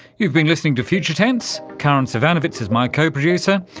you've been listening to future tense. karin zsivanovits is my co-producer.